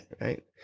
right